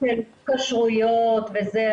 --- כשרויות וזה,